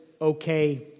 okay